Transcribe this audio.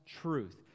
truth